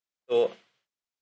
so